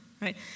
right